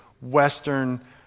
Western